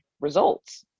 results